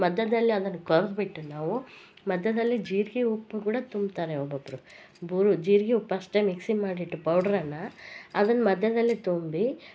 ಮಧ್ಯದಲ್ಲಿ ಅದನ್ನ ಕೊರ್ದ್ಬಿಟ್ಟು ನಾವು ಮಧ್ಯದಲ್ಲಿ ಜೀರ್ಗೆ ಉಪ್ಪು ಕೂಡಾ ತುಂಬ್ತಾರೆ ಒಬ್ಬೊಬ್ಬರು ಜೀರ್ಗೆ ಉಪ್ಪು ಅಷ್ಟೆ ಮಿಕ್ಸಿಂಗ್ ಮಾಡಿಟ್ಟು ಪೌಡ್ರನ್ನ ಅದನ್ನ ಮಧ್ಯದಲ್ಲಿ ತುಂಬಿ